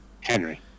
Henry